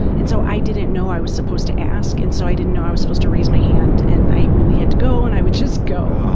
and so i didn't know i was supposed to ask and so i didn't know i was supposed to raise my hand. and i really had to go and i would just go.